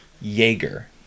Jaeger